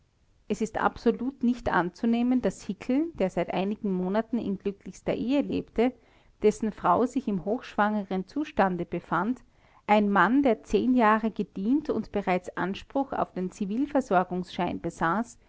es ist absolut nicht anzunehmen daß hickel der seit einigen monaten in glücklichster ehe lebte dessen frau sich im hochschwangeren zustande befand ein mann der jahre gedient und bereits anspruch auf den zivilversorgungsschein besaß